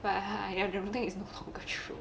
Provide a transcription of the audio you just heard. but ah the rhythms is not whole true